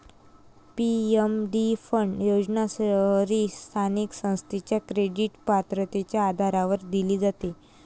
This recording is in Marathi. पी.एफ.डी फंड योजना शहरी स्थानिक संस्थेच्या क्रेडिट पात्रतेच्या आधारावर दिली जाते